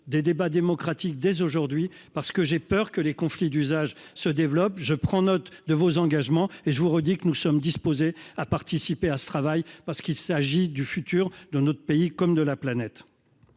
des débats démocratiques dès aujourd'hui parce que j'ai peur que les conflits d'usage se développe, je prends note de vos engagements et je vous redis que nous sommes disposés à participer à ce travail parce qu'il s'agit du futur de notre pays comme de la planète.